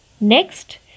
Next